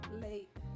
Late